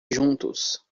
juntos